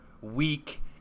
week